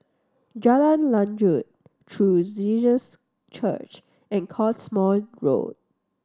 Jalan Lanjut True Jesus Church and Cottesmore Road